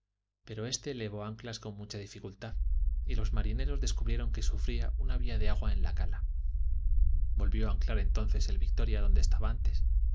pero éste levó anclas con mucha dificultad y los marineros descubrieron que sufría una vía de agua en la cala volvió a anclar entonces el victoria donde estaba antes